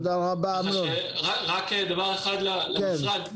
דבר נוסף למשרד,